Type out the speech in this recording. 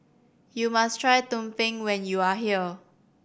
you must try tumpeng when you are here